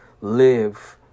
live